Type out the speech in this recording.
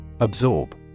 Absorb